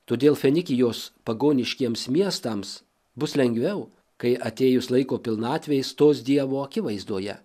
todėl finikijos pagoniškiems miestams bus lengviau kai atėjus laiko pilnatvei stos dievo akivaizdoje